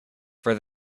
for